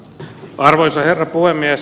arvoisa herra puhemies